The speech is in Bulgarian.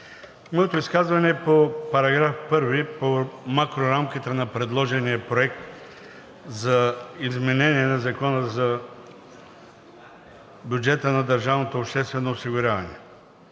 Моето изказване е по § 1 по макрорамката на предложения проект за изменение на Закона за бюджета на държавното обществено осигуряване.